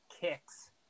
kicks